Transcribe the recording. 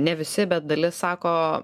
ne visi bet dalis sako